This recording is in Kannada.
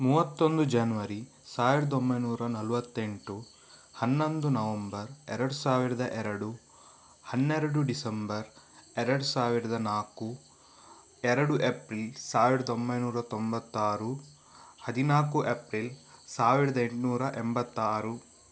ಮೂವತ್ತೊಂದು ಜನ್ವರಿ ಸಾವಿರದ ಒಂಬೈನೂರ ನಲ್ವತ್ತೆಂಟು ಹನ್ನೊಂದು ನವಂಬರ್ ಎರಡು ಸಾವಿರದ ಎರಡು ಹನ್ನೆರಡು ಡಿಸೆಂಬರ್ ಎರಡು ಸಾವಿರದ ನಾಲ್ಕು ಎರಡು ಎಪ್ರಿಲ್ ಸಾವಿರದ ಒಂಬೈನೂರ ತೊಂಬತ್ತಾರು ಹದಿನಾಲ್ಕು ಎಪ್ರಿಲ್ ಸಾವಿರದ ಎಂಟುನೂರ ಎಂಬತ್ತಾರು